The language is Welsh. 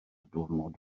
diwrnod